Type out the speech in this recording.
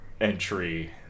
entry